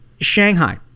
Shanghai